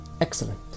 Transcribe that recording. Excellent